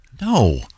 No